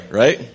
right